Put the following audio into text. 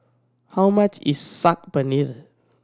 how much is Saag Paneer